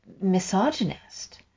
misogynist